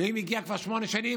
ואם הגיע כבר שמונה שנים,